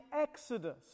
Exodus